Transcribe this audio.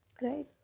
Right